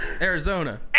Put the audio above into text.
Arizona